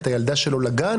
את הילדה שלו לגן,